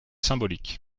symbolique